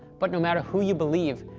but no matter who you believe,